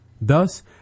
Thus